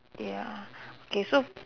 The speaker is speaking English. ya K so